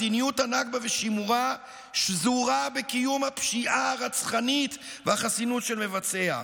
מדיניות הנכבה ושימורה שזורות בקיום הפשיעה הרצחנית והחסינות של מבצעיה.